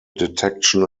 detection